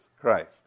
Christ